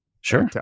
Sure